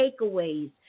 takeaways